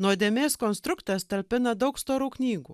nuodėmės konstruktas talpina daug storų knygų